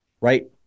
right